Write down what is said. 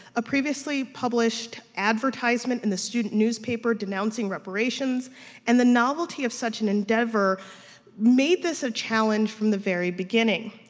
a previously published advertisement in the student newspaper denouncing reparations and the novelty of such an endeavor made this a challenge from the very beginning.